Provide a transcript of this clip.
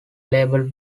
label